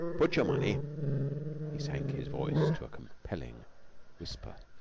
put your money he sank his voice to compelling whisper,